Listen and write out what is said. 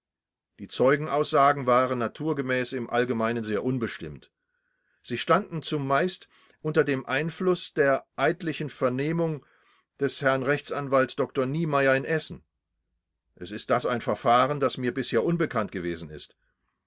die zeugenaussagen waren naturgemäß im allgemeinen sehr unbestimmt sie standen zumeist unter dem einfluß der eidlichen vernehmung des herrn r a dr niemeyer in essen es ist das ein verfahren das mir bisher unbekannt gewesen ist